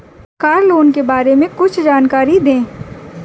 Car loan के बारे में कुछ जानकारी दें?